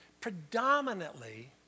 Predominantly